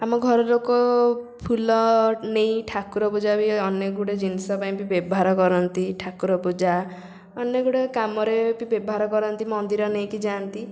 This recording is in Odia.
ଆମ ଘର ଲୋକ ଫୁଲ ନେଇ ଠାକୁର ପୂଜା ବି ଅନେକ ଗୁଡ଼ିଏ ଜିନିଷ ପାଇଁ ବି ବ୍ୟବହାର କରନ୍ତି ଠାକୁର ପୂଜା ଅନେକ ଗୁଡ଼ିଏ କାମରେ ବି ବ୍ୟବହାର କରନ୍ତି ମନ୍ଦିର ନେଇକି ଯାଆନ୍ତି